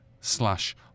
slash